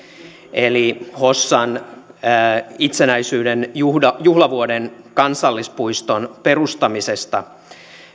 eli hossan itsenäisyyden juhlavuoden kansallispuiston perustamisesta